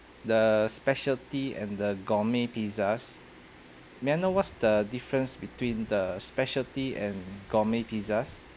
the specialty and the gourmet pizzas may I know what's the difference between the specialty and gourmet pizzas